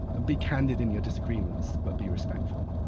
and be candid in your disagreements, but be respectful.